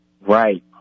Right